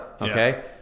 Okay